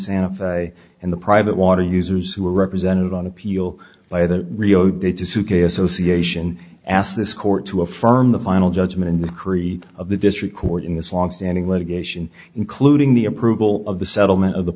santa fe and the private water users who are represented on appeal by the rio de to sue k association asked this court to affirm the final judgment in the creed of the district court in this longstanding litigation including the approval of the settlement of the